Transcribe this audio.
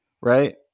right